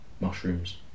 mushrooms